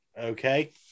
Okay